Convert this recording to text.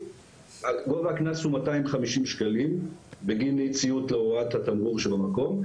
גובה הקנס הוא 250 שקלים בגין אי ציות להוראת התמרור שבמקום.